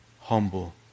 Humble